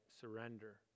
surrender